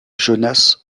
jonas